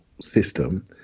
system